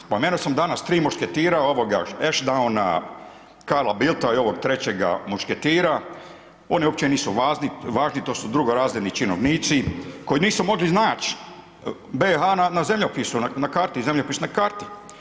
Spomenuo sam danas tri mušketira, Ashdowna, Karla Bilta i ovog trećega mušketira, oni uopće nisu važni, to su drugorazredni činovnici koji nisu mogli nać BiH na zemljopisu, na zemljopisnoj karti.